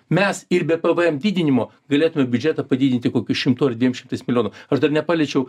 mes ir be pvm didinimo galėtume biudžetą padidinti kokiu šimtu ar dviem šimtais milijonų aš dar nepaliečiau